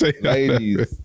ladies